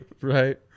Right